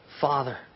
Father